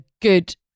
good